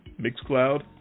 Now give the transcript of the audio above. Mixcloud